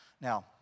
Now